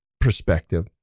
perspective